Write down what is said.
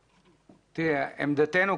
עמדתנו,